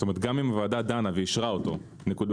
כלומר גם אם הוועדה דנה ואישרה אותו- -- נכון.